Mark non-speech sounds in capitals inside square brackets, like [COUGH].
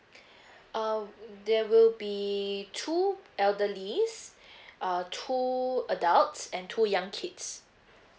[BREATH] uh there will be two elderlies [BREATH] uh two adults and two young kids